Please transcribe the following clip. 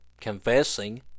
confessing